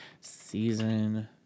Season